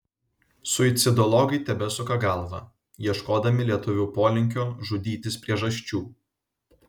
suicidologai tebesuka galvą ieškodami lietuvių polinkio žudytis priežasčių